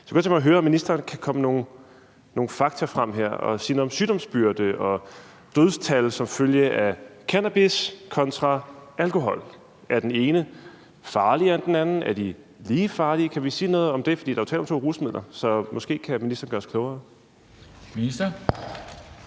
jeg kunne godt tænke mig at høre, om ministeren kan bringe nogle fakta frem her og sige noget om sygdomsbyrde og dødstal som følge af cannabis kontra alkohol. Er den ene farligere end den anden, eller er de lige farlige? Kan vi sige noget om det? Der er jo tale om to rusmidler, så måske kan ministeren gøre os klogere. Kl.